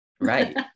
Right